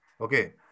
Okay